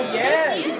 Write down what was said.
yes